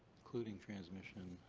including transmission.